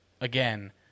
again